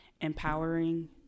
empowering